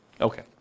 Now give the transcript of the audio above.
Okay